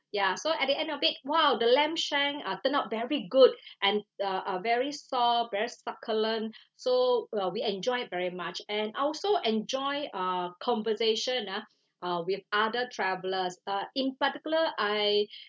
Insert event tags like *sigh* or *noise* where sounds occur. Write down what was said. ya so at the end of it !wow! the lamb shank uh turn out very good *breath* and uh uh very soft very succulent so well we enjoy it very much and I also enjoy uh conversation ah uh with other travellers uh in particular I